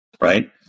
Right